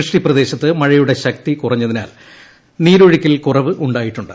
വൃഷ്ടിപ്രദേശത്ത് മഴയുടെ ശക്തി കുറഞ്ഞതിനാൽ നീരൊഴുക്കിൽ കുറവുണ്ടായിട്ടുണ്ട്